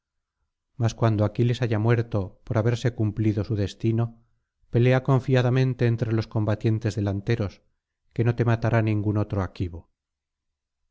mas cuando aquiles haya muerto por haberse cumplido su destino pelea confiadamente entre los combatientes delanteros que no te matará ningún otro aquivo